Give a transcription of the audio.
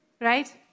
right